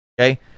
okay